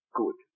good